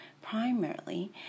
primarily